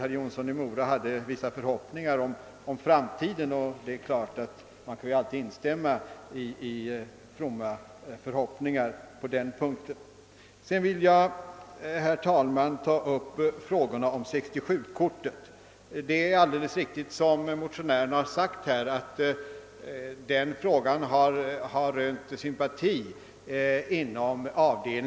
Herr Jonsson i Mora hade vissa förhoppningar för framtiden i den här frågan, och det är klart att man ju alltid kan instämma i fromma förhoppningar på den punkten. Sedan vill jag, herr talman, ta upp frågan om 67-kortet, och det är riktigt som motionären har sagt att frågan rönt sympati i utskottet.